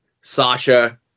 Sasha